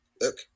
Look